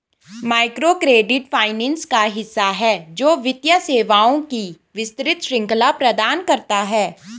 microcredit finance का हिस्सा है, जो वित्तीय सेवाओं की विस्तृत श्रृंखला प्रदान करता है